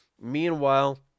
Meanwhile